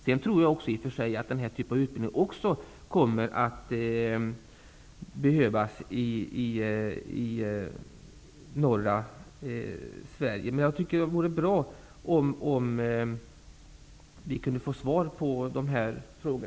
Jag tror också att den här typen av utbildning kommer att behövas även i norra Sverige. Det vore bra om vi kunde få svar på dessa frågor.